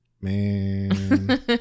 Man